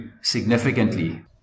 significantly